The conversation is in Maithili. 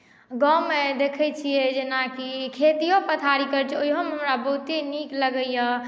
गाँवमे देखैत छियै जेनाकि खेतियो पथारी करैत छै ओहियोमे हमरा बहुते नीक लगैए